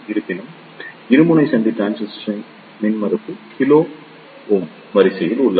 இருப்பினும் இருமுனை சந்தி டிரான்சிஸ்டரின் மின்மறுப்பு கிலோ ஓமின் வரிசையில் உள்ளது